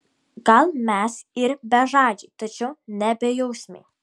gal mes ir bežadžiai tačiau ne bejausmiai